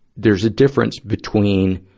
there's a difference between,